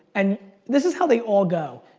and this is how they all go,